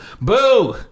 Boo